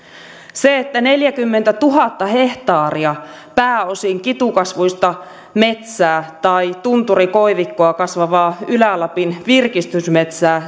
se että neljäkymmentätuhatta hehtaaria pääosin kitukasvuista metsää tai tunturikoivikkoa kasvavaa ylä lapin virkistysmetsää